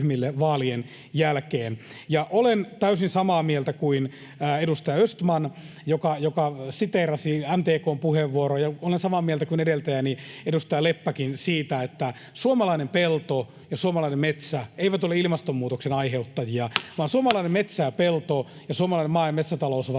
Ja olen täysin samaa mieltä kuin edustaja Östman, joka siteerasi MTK:n puheenvuoroja. Olen samaa mieltä kuin edeltäjäni, edustaja Leppäkin siitä, että suomalainen pelto ja suomalainen metsä eivät ole ilmastonmuutoksen aiheuttajia, suomalainen metsä ja pelto ja suomalainen maa- ja metsätalous ovat